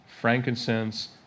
frankincense